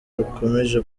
rukomeje